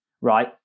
right